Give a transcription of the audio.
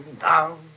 down